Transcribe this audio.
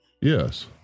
Yes